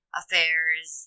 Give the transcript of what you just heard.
affairs